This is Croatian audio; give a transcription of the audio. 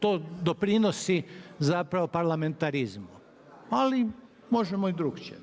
to doprinosi zapravo parlamentarizmu. Ali možemo i drukčije.